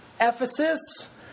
Ephesus